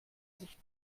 sich